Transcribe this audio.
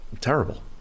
Terrible